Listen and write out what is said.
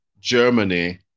Germany